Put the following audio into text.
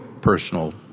personal